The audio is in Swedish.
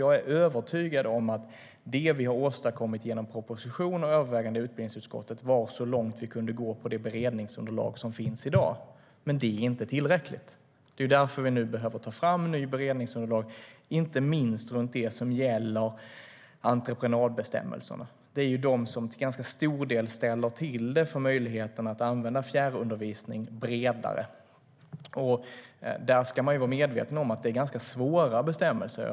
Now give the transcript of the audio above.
Jag är övertygad om att det som vi har åstadkommit genom propositionen och överväganden i utbildningsutskottet var så långt vi kunde gå med det beredningsunderlag som finns i dag. Men det är inte tillräckligt. Det är därför som vi nu behöver ta fram nytt beredningsunderlag, inte minst om det som gäller entreprenadbestämmelserna. Det är de som till ganska stor del ställer till det för möjligheterna att använda fjärrundervisning bredare. Där ska man vara medveten om att det är ganska svåra bestämmelser.